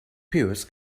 pears